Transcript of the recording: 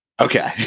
Okay